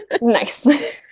nice